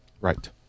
Right